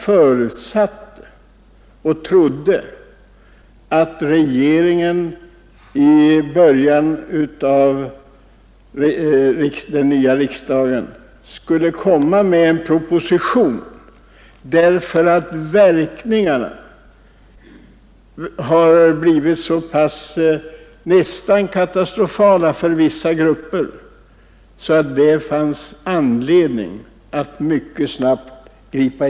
Men jag trodde och förutsatte att regeringen i början av årets riksdag skulle framlägga en proposition, eftersom verkningarna av den nuvarande ordningen blivit nästan katastrofala för vissa grupper. Det fanns alltså anledning att mycket snabbt ingripa.